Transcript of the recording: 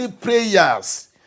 prayers